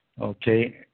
okay